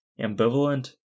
ambivalent